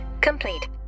complete